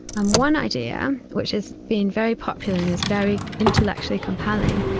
and one idea, which has been very popular and is very intellectually compelling,